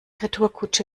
retourkutsche